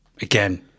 Again